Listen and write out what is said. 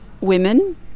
women